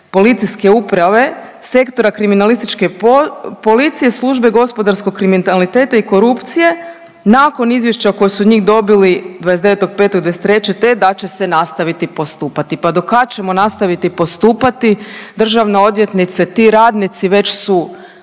policijske uprave Sektora kriminalističke policije Službe gospodarskog kriminaliteta i korupcije nakon izvješća koje su od njih dobili 29.5.2023., te da će se nastaviti postupati. Pa do kad ćemo nastaviti postupati državna odvjetnice? Ti radnici već su